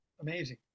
amazing